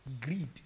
Greed